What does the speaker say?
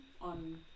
on